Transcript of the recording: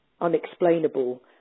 unexplainable